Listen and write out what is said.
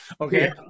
okay